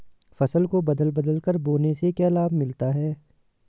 फसल को बदल बदल कर बोने से क्या लाभ मिलता है?